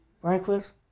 breakfast